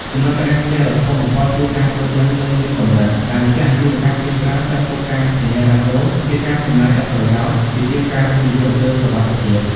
ចំណុចរាំងស្ទះដ៏ធំបំផុតគឺ "ការយល់ដឹងនៅមានកម្រិត" ដែលម្ចាស់អាជីវកម្មភាគច្រើនចាត់ទុកការធានារ៉ាប់រងថាជាការចំណាយឥតប្រយោជន៍ ជាជាងការវិនិយោគលើសុវត្ថិភាព។